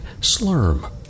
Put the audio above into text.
Slurm